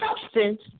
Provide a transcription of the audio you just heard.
substance